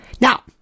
Now